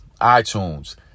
iTunes